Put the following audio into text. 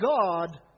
God